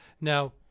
Now